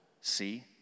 See